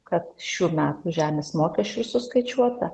kad šių metų žemės mokesčiui suskaičiuota